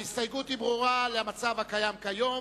ההסתייגות ברורה והיא למצב הקיים כיום